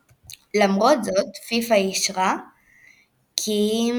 משך הטורניר יוארך מ-32 ל-39 ימים.